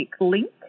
link